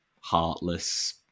heartless